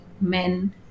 men